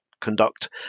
conduct